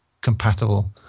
compatible